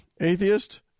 atheist